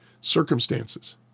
circumstances